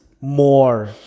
more